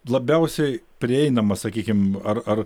labiausiai prieinamas sakykime ar ar